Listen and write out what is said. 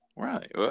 Right